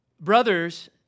Brothers